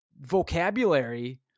vocabulary